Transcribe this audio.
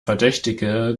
verdächtige